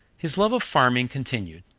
his love of farming continued.